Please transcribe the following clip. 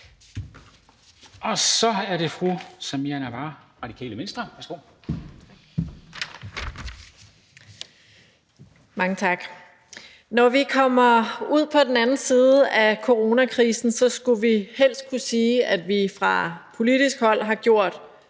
16:18 (Ordfører) Samira Nawa (RV): Mange tak. Når vi kommer ud på den anden side af coronakrisen, skulle vi helst kunne sige, at vi fra politisk hold har gjort